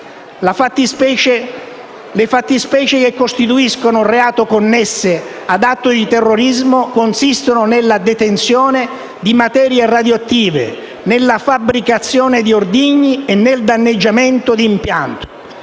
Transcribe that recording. Le fattispecie che costituiscono reato connesso ad atti di terrorismo consistono nella detenzione di materie radioattive, nella fabbricazione di ordigni e nel danneggiamento di impianti.